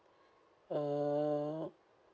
mm